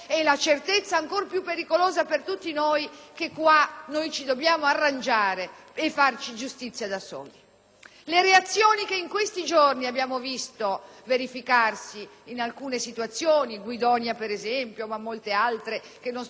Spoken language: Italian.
Le reazioni che in questi giorni abbiamo visto verificarsi in alcune situazioni (Guidonia per esempio, ma ve ne sono molte altre che non cito e che non è così importante citare) segnalano però che i cittadini